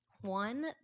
one